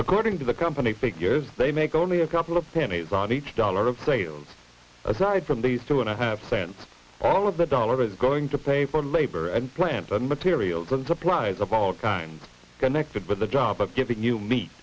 according to the company figure they make only a couple of pennies on each dollar of sales aside from these two and a half cents all of the dollar is going to pay for labor and plants and materials and supplies of all kinds connected with the job of giving you meet